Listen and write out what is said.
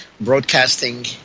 Broadcasting